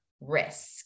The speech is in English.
risk